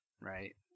Right